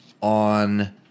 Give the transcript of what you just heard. on